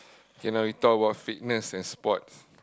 can lah we talk about fitness and sports